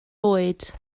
oed